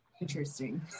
interesting